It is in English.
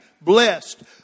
blessed